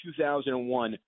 2001